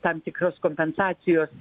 tam tikros kompensacijos